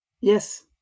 Yes